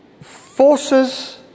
forces